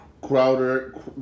Crowder